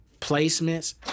placements